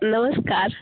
नमस्कार